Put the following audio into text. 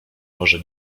może